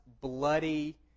bloody